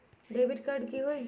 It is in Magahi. डेबिट कार्ड की होई?